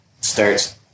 starts